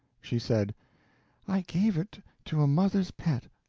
she said i gave it to a mother's pet,